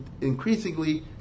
increasingly